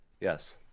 yes